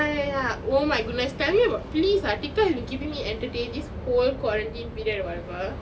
ya ya ya oh my goodness tell me about please ah TikTok has been keeping me entertained this whole quarantine period whatever